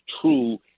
true